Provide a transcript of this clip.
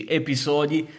episodi